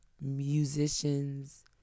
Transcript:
musicians